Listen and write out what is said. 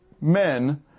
men